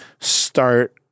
start